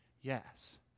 Yes